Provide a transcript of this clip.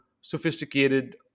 sophisticated